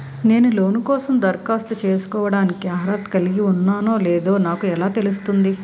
నేను లోన్ కోసం దరఖాస్తు చేసుకోవడానికి అర్హత కలిగి ఉన్నానో లేదో నాకు ఎలా తెలుస్తుంది?